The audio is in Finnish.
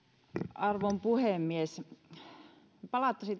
arvon puhemies palauttaisin